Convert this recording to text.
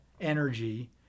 energy